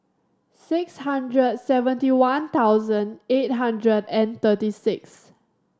six hundred seventy one thousand eight hundred and thirty six